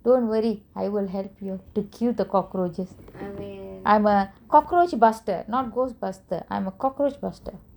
don't worry I will help you to kill the cockroaches I'm a cockroach buster not ghostbusters I'm a cockroach buster